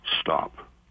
stop